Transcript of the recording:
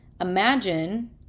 Imagine